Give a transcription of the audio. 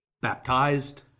baptized